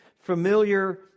familiar